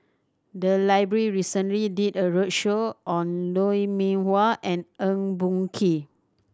the library recently did a roadshow on Lou Mee Wah and Eng Boh Kee